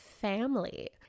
family